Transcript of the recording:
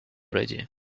already